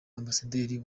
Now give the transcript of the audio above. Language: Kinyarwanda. ambasaderi